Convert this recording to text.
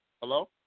Hello